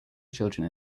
children